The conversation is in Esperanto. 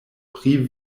pri